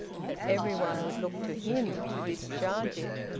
and that everybody would look to him to discharge it.